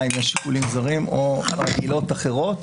אם יש שיקולים זרים או עילות אחרות.